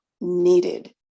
needed